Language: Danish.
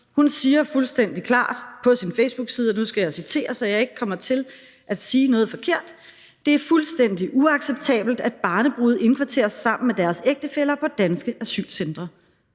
Hun siger fuldstændig klart på sin facebookside – og nu skal jeg citere, så jeg ikke kommer til at sige noget forkert: »Det er fuldstændig uacceptabelt, at barnebrude indkvarteres sammen med deres ægtefæller på danske asylcentre.«